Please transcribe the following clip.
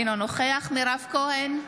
אינו נוכח מירב כהן,